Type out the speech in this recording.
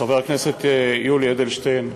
חבר הכנסת יולי אדלשטיין,